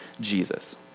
Jesus